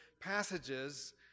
passages